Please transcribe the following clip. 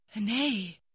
Nay